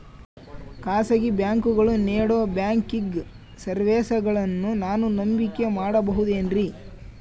ಖಾಸಗಿ ಬ್ಯಾಂಕುಗಳು ನೇಡೋ ಬ್ಯಾಂಕಿಗ್ ಸರ್ವೇಸಗಳನ್ನು ನಾನು ನಂಬಿಕೆ ಮಾಡಬಹುದೇನ್ರಿ?